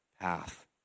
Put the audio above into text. path